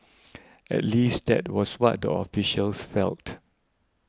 at least that was what the officials felt